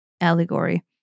allegory